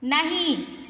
नहीं